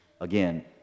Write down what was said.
again